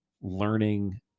learning